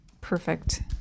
perfect